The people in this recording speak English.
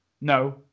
No